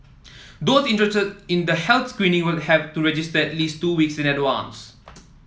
those interested in the health screening will have to register at least two weeks in advance